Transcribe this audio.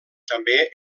també